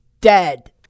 dead